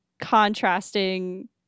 contrasting